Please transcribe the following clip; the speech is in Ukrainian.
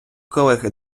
колеги